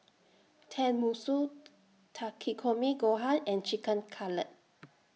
Tenmusu Takikomi Gohan and Chicken Cutlet